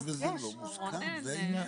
יש וזה לא מוסדר, זה העניין.